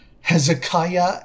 Hezekiah